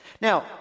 Now